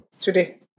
Today